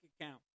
account